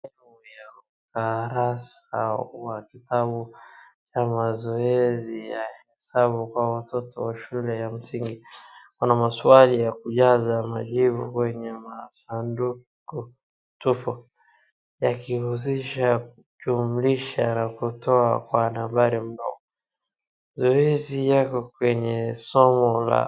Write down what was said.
Ukurasa wa kitabu cha mazoezi ya hesabu kwa watoto wa shule ya msingi. Kuna maswali ya kujaza majibu kwenye masanduku tupu yakihusisha kujumlisha na kutoa kwa nambari ndogo. Zoezi liko kwenye somo la.